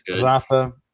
Rafa